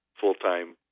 full-time